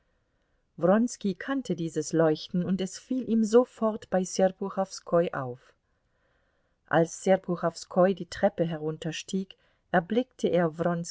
kannte dieses leuchten und es fiel ihm sofort bei serpuchowskoi auf als serpuchowskoi die treppe herunterstieg erblickte er